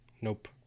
nope